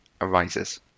arises